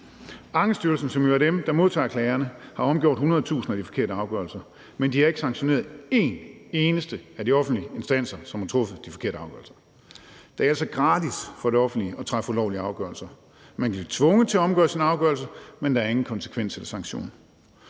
Ankestyrelsen, som jo er dem, der modtager klagerne, har omgjort 100.000 af de forkerte afgørelser, men de har ikke sanktioneret en eneste af de offentlige instanser, som har truffet de forkerte afgørelser. Det er altså gratis for det offentlige at træffe ulovlige afgørelser. Man kan blive tvunget til at omgøre sin afgørelse, men der er ingen konsekvens eller sanktion.